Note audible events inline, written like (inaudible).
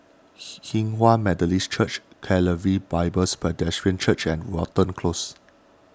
(unintelligible) Hinghwa Methodist Church Calvary Bibles pedestrian Church and Watten Close